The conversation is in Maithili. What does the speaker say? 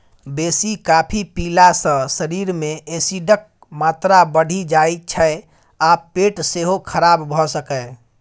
बेसी कॉफी पीला सँ शरीर मे एसिडक मात्रा बढ़ि जाइ छै आ पेट सेहो खराब भ सकैए